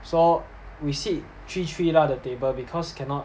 saw we sit three three lah the table because cannot